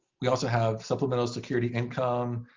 we also have supplemental security income